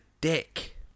dick